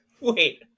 Wait